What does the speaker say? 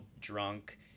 drunk